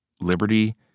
liberty